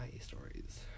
stories